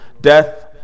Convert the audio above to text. death